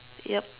yup